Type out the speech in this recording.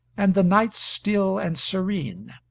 and the night still and serene.